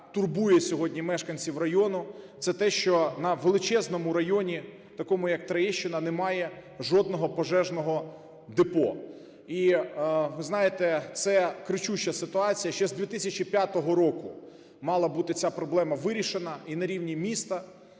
турбує сьогодні мешканців району. Це те, що на величезному районі, такому як Троєщина, немає жодного пожежного депо. І ви знаєте, це кричуща ситуація. Ще з 2005 року мала бути ця проблема вирішена і на рівні міста.